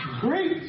great